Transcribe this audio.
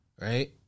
Right